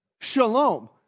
Shalom